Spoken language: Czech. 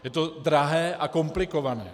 Je to drahé a komplikované.